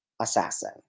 assassin